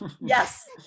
Yes